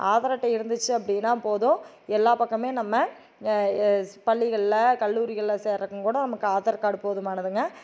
ஆதார் அட்டை இருந்துச்சு அப்படின்னா போதும் எல்லா பக்கமுமே நம்ம ஸ் பள்ளிகளில் கல்லூரிகளில் சேர்றக்கங்கூட நமக்கு ஆதார் கார்டு போதுமானதுங்க